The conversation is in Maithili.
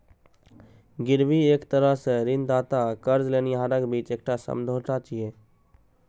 गिरवी एक तरह सं ऋणदाता आ कर्ज लेनिहारक बीच एकटा समझौता छियै